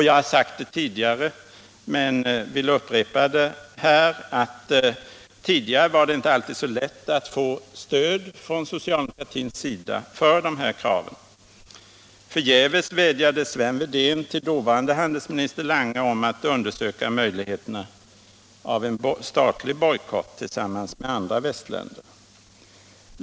Jag har sagt förut men vill upprepa det här, att det tidigare inte alltid var så lätt att få stöd från socialdemokratin för de här kraven. Förgäves vädjade Sven Wedén till dåvarande handelsministern Lange om att undersöka möjligheterna av en statlig bojkott tillsammans med andra västländer.